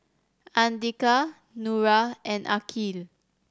Andika Nura and Aqil